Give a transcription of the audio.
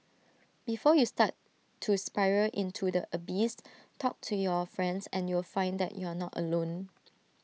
before you start to spiral into the abyss talk to your friends and you'll find that you are not alone